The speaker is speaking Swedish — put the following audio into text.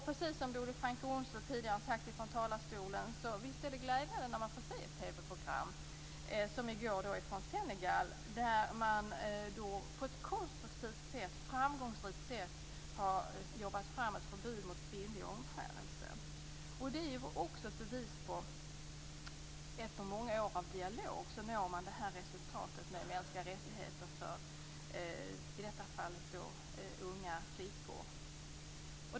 Precis som Bodil Francke Ohlsson tidigare har sagt från talarstolen är det glädjande att, som i går, få se TV-program från Senegal, där man på ett konstruktivt och framgångsrikt sätt har jobbat fram ett förbud mot kvinnlig omskärelse. Det är också ett bevis på att man når resultat efter många år av dialog om mänskliga rättigheter för i detta fall unga flickor.